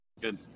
Good